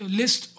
list